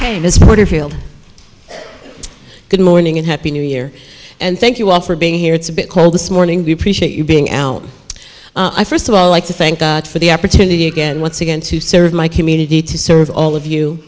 year this porterfield good morning and happy new year and thank you all for being here it's a bit cold this morning we appreciate you being out i first of all like to thank god for the opportunity again once again to serve my community to serve all of you